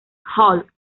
hulk